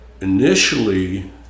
initially